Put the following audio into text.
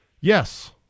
Yes